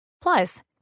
Plus